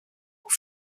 aux